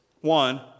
One